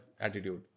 attitude